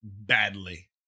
badly